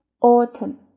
autumn